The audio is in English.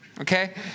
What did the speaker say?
Okay